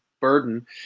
burden